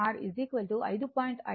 5